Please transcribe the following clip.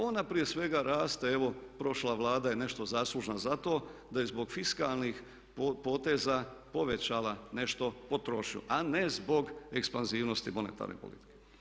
Ona prije svega raste evo, prošla Vlada je nešto zaslužna za to, da je zbog fiskalnih poteza povećala nešto potrošnju, a ne zbog ekspanzivnosti monetarne politike.